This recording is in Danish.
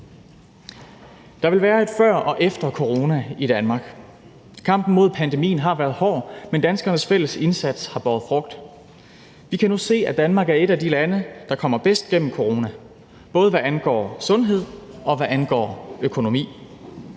Der vil være et før og efter corona i Danmark. Kampen mod pandemien har været hård, men danskernes fælles indsats har båret frugt. Vi kan nu se, at Danmark er et af de lande, der kommer bedst gennem corona, både hvad angår sundhed og hvad angår økonomi.